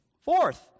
Fourth